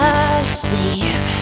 asleep